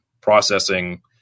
processing